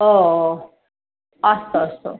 ओ अस्तु अस्तु